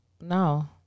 no